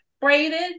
braided